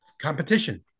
competition